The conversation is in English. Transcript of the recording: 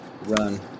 run